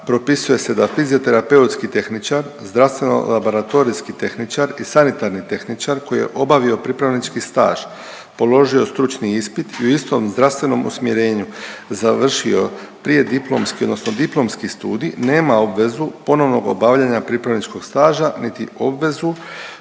propisuje se da fizioterapeutski tehničar, zdravstveno laboratorijski tehničar i sanitarni tehničar koji je obavio pripravnički staž položio stručni ispit u istom zdravstvenom usmjerenju završio prijediplomski odnosno diplomski studij nema obvezu ponovnog obavljanja pripravničkog staža niti obvezu